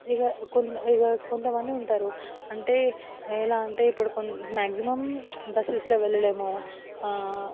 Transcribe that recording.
ఇక ఇక కొంత మంది ఉంటారు అంటే ఎలా అంటే ఇప్పుడు మ్యాగ్జిమం బస్సెస్లో వెళ్ళలేము